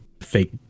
fake